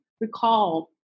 recall